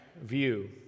view